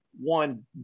One